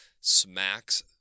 Smacks